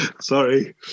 sorry